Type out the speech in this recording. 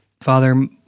Father